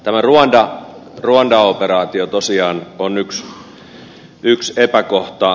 tämä ruanda operaatio tosiaan on yksi epäkohta